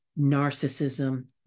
narcissism